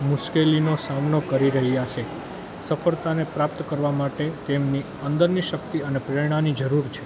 મુશ્કેલીનો સામનો કરી રહ્યાં છે સફળતાને પ્રાપ્ત કરવા માટે તેમની અંદરની શક્તિ અને પ્રેરણાની જરૂર છે